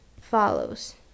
follows